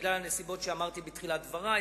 בגלל הנסיבות שאמרתי בתחילת דברי.